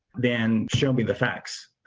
then show me the facts,